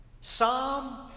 Psalm